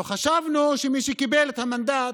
לא חשבנו שמי שקיבל את המנדט